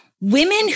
women